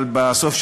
אבל בסוף,